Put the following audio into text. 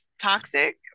toxic